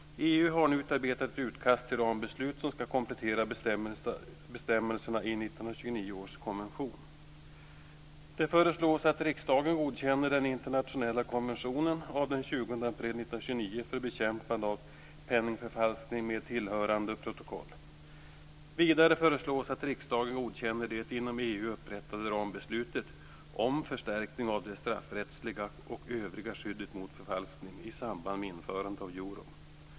EU har nu utarbetat ett utkast till rambeslut som ska komplettera bestämmelserna i 1929 års konvention. Det föreslås att riksdagen godkänner den internationella konventionen av den 20 april 1929 för bekämpande av penningförfalskning med tillhörande protokoll. Vidare föreslås att riksdagen godkänner det inom EU upprättade rambeslutet om förstärkning av det straffrättsliga och övriga skyddet mot förfalskning i samband med införandet av euron.